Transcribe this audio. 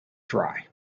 dry